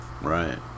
Right